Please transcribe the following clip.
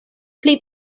pli